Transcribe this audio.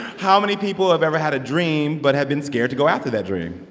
how many people have ever had a dream but have been scared to go after that dream?